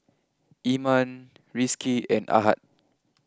Iman Rizqi and Ahad